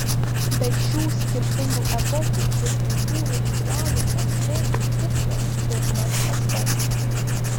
bet šių skirtingų epochų ir kultūrų ritualų prasmė ir tikslas daugmaž tas pats